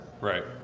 Right